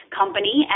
company